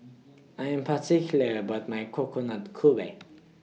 I Am particular about My Coconut Kuih